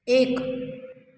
एक